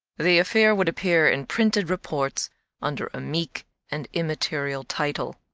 the affair would appear in printed reports under a meek and immaterial title.